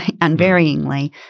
unvaryingly